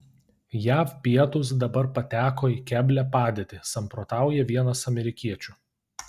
jav pietūs dabar pateko į keblią padėtį samprotauja vienas amerikiečių